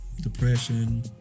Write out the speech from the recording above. depression